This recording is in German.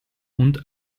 und